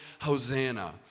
Hosanna